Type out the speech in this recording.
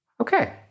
Okay